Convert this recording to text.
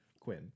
Quinn